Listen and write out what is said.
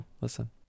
listen